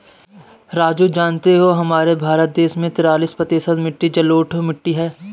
राजू जानते हो हमारे भारत देश में तिरालिस प्रतिशत मिट्टी जलोढ़ मिट्टी हैं